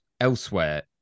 elsewhere